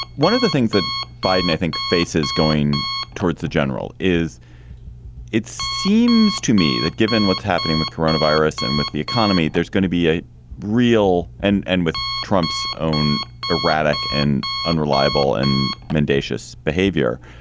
one of the things that biden i think, faces going towards the general is it seems to me that given what's happening with coronavirus and with the economy, there's going to be a real and and with trump's own erratic and unreliable and mendacious behavior,